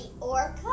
orca